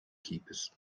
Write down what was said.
keepers